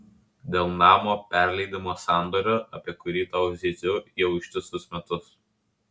dėl namo perleidimo sandorio apie kurį tau zyziu jau ištisus metus